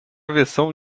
versão